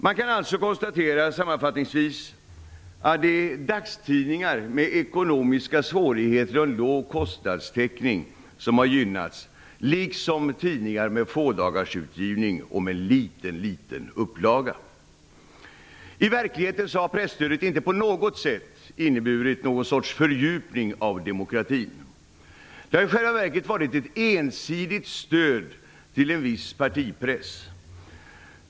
Man kan alltså sammanfattningsvis konstatera att det är dagstidningar med ekonomiska svårigheter och låg kostnadstäckning som har gynnats liksom tidningar med fådagarsutgivning och med mycket liten upplaga. I verkligheten har presstödet inte på något sätt inneburit någon sorts fördjupning av demokratin. Det har i själva verket varit ett ensidigt stöd till en viss partipress.